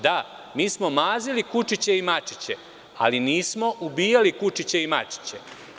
Da, mi smo mazili kučiće i mačiće, ali nismo ubijali kučiće i mačiće.